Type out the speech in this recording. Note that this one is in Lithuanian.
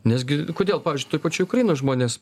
nes gi kodėl pavyzdžiui toj pačioj ukrainoj žmonės